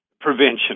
prevention